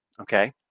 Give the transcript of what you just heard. Okay